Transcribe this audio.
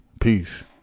Peace